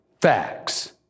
Facts